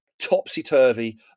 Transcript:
topsy-turvy